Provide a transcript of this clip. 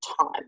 time